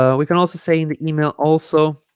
um we can also say in the email also